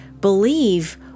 believe